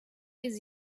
his